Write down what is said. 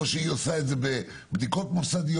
או שהיא עושה את זה בבדיקות מוסדיות.